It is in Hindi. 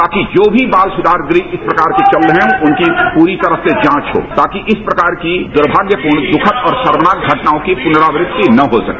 बाकी जो भी बाल सुधार गृह इस प्रकार के चल रहे है उनकी पूरी तरह से जांच हो ताकि इस प्रकार की दुर्भाग्यपूर्ण दुखद और शर्मनाक घटनाओं की पुनरावृत्ति न हो सके